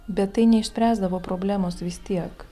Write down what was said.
bet tai neišspręsdavo problemos vis tiek